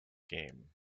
game